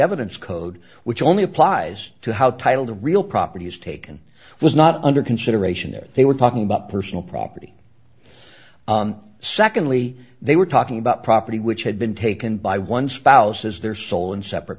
evidence code which only applies to how title to real property is taken was not under consideration that they were talking about personal property secondly they were talking about property which had been taken by one spouse as their sole and separate